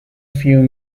few